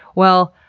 well,